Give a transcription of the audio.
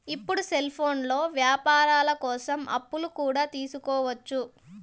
ఇప్పుడు సెల్ఫోన్లో వ్యాపారాల కోసం అప్పులు కూడా తీసుకోవచ్చు